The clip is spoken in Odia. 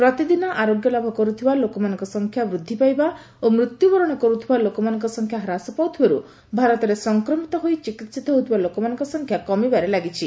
ପ୍ରତିଦିନ ଆରୋଗ୍ୟ ଲାଭ କରୁଥିବା ଲୋକମାନଙ୍କ ସଂଖ୍ୟା ବୃଦ୍ଧି ପାଇବା ଓ ମୃତ୍ୟୁବରଣ କରୁଥିବା ଲୋକମାନଙ୍କ ସଂଖ୍ୟା ହ୍ରାସ ପାଉଥିବାରୁ ଭାରତରେ ସଂକ୍ରମିତ ହୋଇ ଚିକିିିିତ ହେଉଥିବା ଲୋକମାନଙ୍କ ସଂଖ୍ୟା କମିବାରେ ଲାଗିଛି